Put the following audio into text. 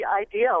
ideal